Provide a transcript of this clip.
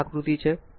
2